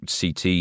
CT